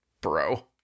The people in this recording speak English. Bro